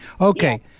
Okay